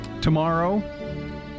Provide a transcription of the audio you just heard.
Tomorrow